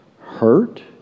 hurt